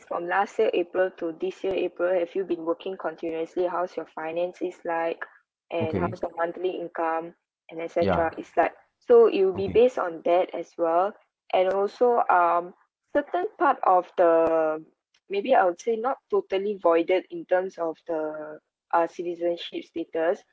from last year april to this year april have you been working continuously how's your finance is like and how much your monthly income and etcetera is like so it will be based on that as well and also um certain part of the maybe I will say not totally voided in terms of the uh citizenship status